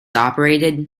operated